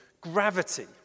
gravity